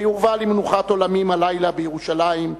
ויובא למנוחת עולמים הלילה בירושלים.